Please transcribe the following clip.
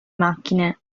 macchine